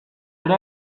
ere